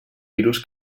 virus